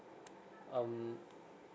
um